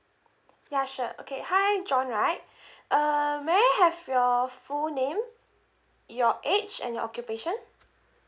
ya sure okay hi john right uh may I have your full name your age and your occupation